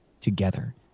together